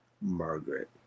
Margaret